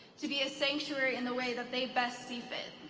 to be a sanctuary in the way that they best see fit.